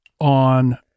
on